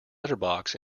letterbox